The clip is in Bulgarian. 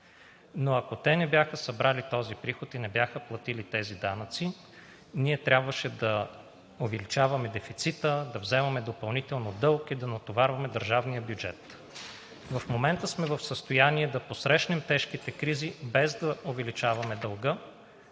Но, ако те не бяха събрали този приход и не бяха платили тези данъци, ние трябваше да увеличаваме дефицита, да взимаме допълнително дълг и да натоварваме държавния бюджет. В момента сме в състояние да посрещнем тежките кризи, без да увеличаваме дълга,